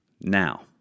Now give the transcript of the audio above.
Now